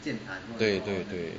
对对对